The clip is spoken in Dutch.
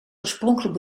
oorspronkelijk